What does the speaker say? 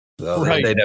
right